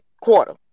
quarter